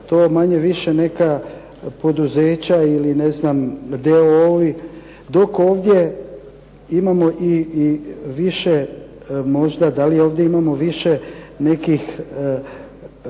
to manje-više neka poduzeća ili ne znam d.o.o.-vi, dok ovdje imamo i više možda, da li ovdje imamo više nekih